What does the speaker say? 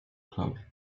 club